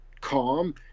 calm